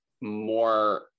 more